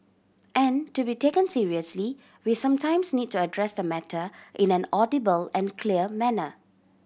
and to be taken seriously we sometimes need to address the matter in an audible and clear manner